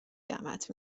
دعوت